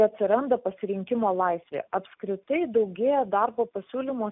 atsiranda pasirinkimo laisvė apskritai daugėja darbo pasiūlymų